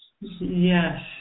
Yes